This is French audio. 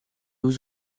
aux